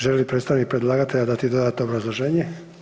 Želi li predstavnik predlagatelja dati dodatno obrazloženje?